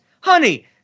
Honey